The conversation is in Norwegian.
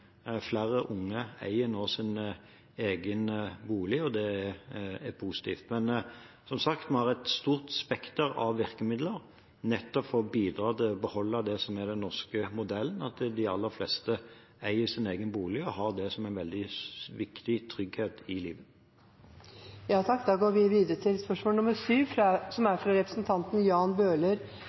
Flere unge eier nå sin egen bolig, og det er positivt. Men som sagt: Vi har et stort spekter av virkemidler nettopp for å bidra til å beholde det som er den norske modellen, at de aller fleste eier sin egen bolig og har det som en veldig viktig trygghet i livet. Dette spørsmålet, fra representanten Jan Bøhler til kommunal- og moderniseringsministeren, vil bli besvart av innvandrings- og integreringsministeren som rette vedkommende. Det er